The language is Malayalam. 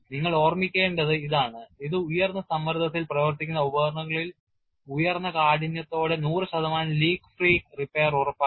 നിങ്ങൾ ഓർമ്മിക്കേണ്ടത് ഇതാണ് ഇത് ഉയർന്ന സമ്മർദ്ദത്തിൽ പ്രവർത്തിക്കുന്ന ഉപകരണങ്ങളിൽ ഉയർന്ന കാഠിന്യത്തോടെ 100 ശതമാനം ലീക്ക് ഫ്രീ റിപ്പയർ ഉറപ്പാക്കുന്നു